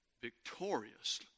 victorious